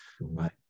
right